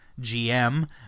GM